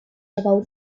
about